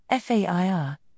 FAIR